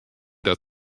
dat